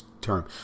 term